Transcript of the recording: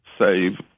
save